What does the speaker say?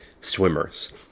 swimmers